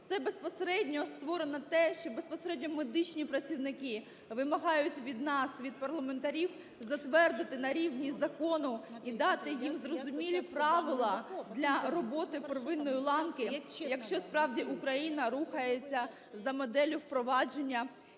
Це безпосередньо створено те, що безпосередньо медичні працівники вимагають від нас, від парламентарів затвердити на рівні закону і дати їм зрозумілі правила для роботи первинної ланки, якщо справді Україна рухається за моделлю впровадження